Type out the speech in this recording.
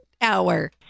hour